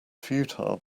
futile